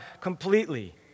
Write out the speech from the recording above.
completely